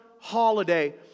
holiday